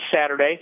Saturday